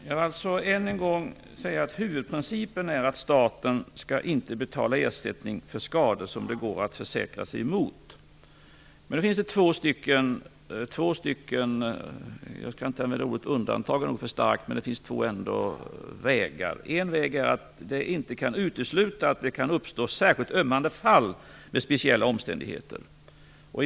Fru talman! Jag vill än en gång säga att huvudprincipen är att staten inte skall betala ersättning för skador som det går att försäkra sig mot. Det finns dock två andra vägar - jag skall inte använda ordet undantag, det är för starkt. Den ena är att man inte kan utesluta att särskilt ömmande fall med speciella omständigheter kan uppstå.